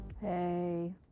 Hey